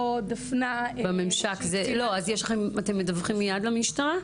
אתם מדווחים מיד למשטרה?